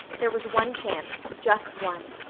there was one chance just one.